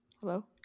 Hello